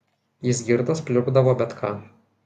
jis girtas pliurpdavo bet ką